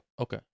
Okay